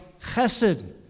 chesed